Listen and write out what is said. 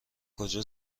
کجا